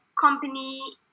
company